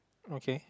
okay